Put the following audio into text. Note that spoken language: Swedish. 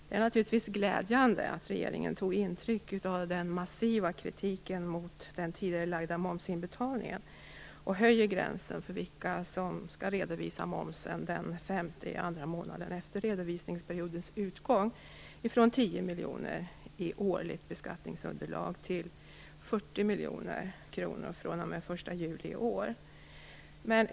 Det är naturligtvis glädjande att regeringen tog intryck av den massiva kritiken mot den tidigarelagda momsinbetalningen och att man höjer gränsen för vilka som skall redovisa momsen den femte i andra månaden efter redovisningsperiodens utgång från tio miljoner i årligt beskattningsunderlag till 40 miljoner kronor fr.o.m. den 1 juli i år.